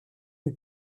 lui